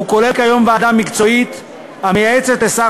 והוא כולל כיום ועדה מקצועית המייעצת לשר